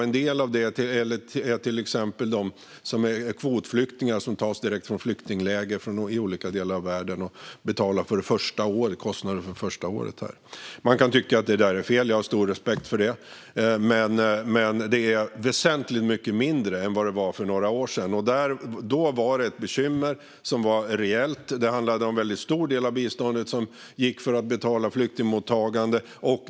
En del av detta avser till exempel kvotflyktingar som tas direkt från flyktingläger i olika delar av världen; där handlar det om kostnaderna för det första året. Man kan tycka att detta är fel - det har jag stor respekt för. Men det är väsentligt mindre än det var för några år sedan. Då var detta ett reellt bekymmer. En stor del av biståndet gick till att betala för flyktingmottagande.